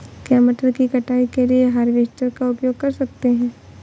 क्या मटर की कटाई के लिए हार्वेस्टर का उपयोग कर सकते हैं?